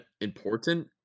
important